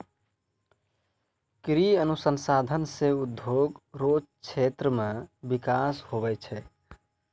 कृषि अनुसंधान से उद्योग रो क्षेत्र मे बिकास हुवै छै